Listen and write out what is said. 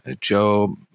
Joe